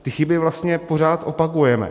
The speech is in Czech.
Ty chyby vlastně pořád opakujeme.